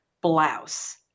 blouse